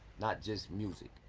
not just music.